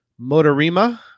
Motorima